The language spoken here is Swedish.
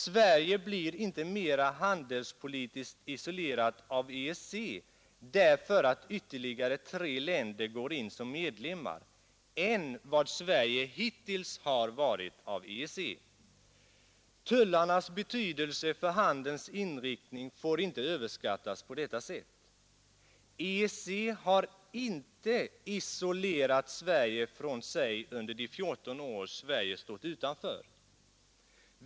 Sverige blir inte mer handelspolitiskt isolerat av EEC därför att ytterligare tre länder går in som medlemmar än vad Sverige hittills har varit av EEC. Tullarnas betydelse för handelns inriktning får inte överskattas på detta sätt. EEC har inte ”isolerat” Sverige från sig under de 14 år Sverige stått utanför.